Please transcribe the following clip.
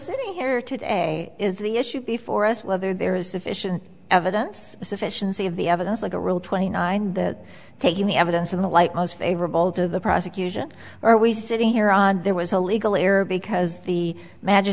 sitting here today is the issue before us whether there is sufficient evidence sufficiency of the evidence like a real twenty nine that taking the evidence in the light most favorable to the prosecution are we sitting here and there was a legal error because the magi